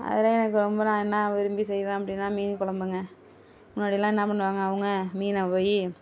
அதில் எனக்கு ரொம்ப நான் என்ன விரும்பி செய்வேன் அப்படின்னா மீன் குழம்புங்க முன்னாடியெலாம் என்ன பண்ணுவாங்க அவங்க மீனை போய்